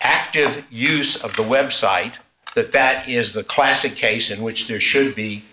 active use of the website that that is the classic case in which there should